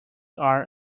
are